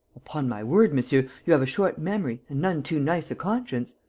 upon my word, monsieur, you have a short memory and none too nice a conscience.